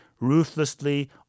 ruthlessly